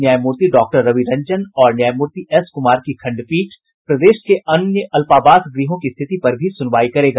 न्यायमूर्ति डाक्टर रवि रंजन और न्यायमूर्ति एस कुमार की खंडपीठ प्रदेश के अन्य अल्पावास गृहों की स्थिति पर भी सुनवाई करेगा